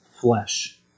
flesh